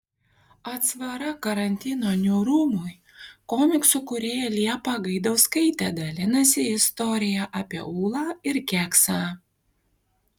atsvara karantino niūrumui komiksų kūrėja liepa gaidauskaitė dalinasi istorija apie ūlą ir keksą